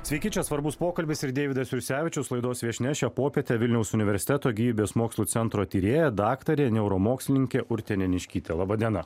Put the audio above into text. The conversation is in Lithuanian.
sveiki čia svarbus pokalbis ir deividas jursevičius laidos viešnia šią popietę vilniaus universiteto gyvybės mokslų centro tyrėja daktarė neuromokslininkė urtė neniškytė laba diena